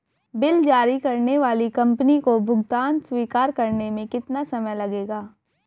Bill जारी करने वाली कंपनी को भुगतान स्वीकार करने में कितना समय लगेगा?